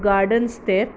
garden shears